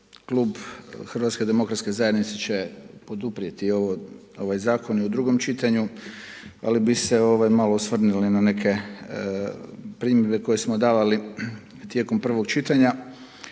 Klub HDZ-a će poduprijeti ovaj zakon i u drugom čitanju, ali bi se ovaj malo osvrnuli na neke primjedbe koje smo davali tijekom prvog čitanja.